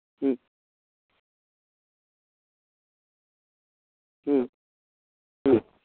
ᱦᱩᱸ ᱦᱩᱸ ᱦᱩᱸ